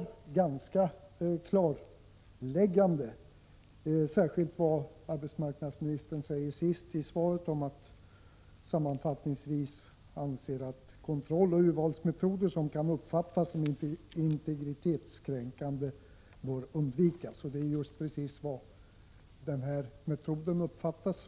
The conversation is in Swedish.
Det är ganska klarläggande, särskilt det som arbetsmarknadsministern säger sist: ”Sammanfattningsvis anser jag att kontrolloch urvalsmetoder som kan uppfattas som integritetskränkande bör undvikas.” Det är just precis så den här metoden uppfattas.